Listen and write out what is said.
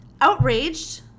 outraged